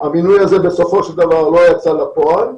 המינוי הזה בסופו של דבר לא יצא לפועל,